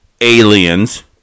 aliens